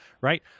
right